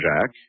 jack